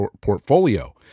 portfolio